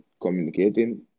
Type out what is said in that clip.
communicating